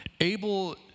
Abel